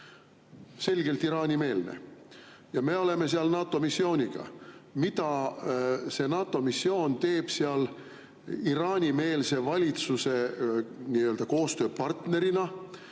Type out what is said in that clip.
selgelt Iraani-meelne! – ja me oleme seal NATO missiooniga. Mida see NATO missioon teeb seal Iraani-meelse valitsuse koostööpartnerina,